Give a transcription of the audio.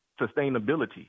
sustainability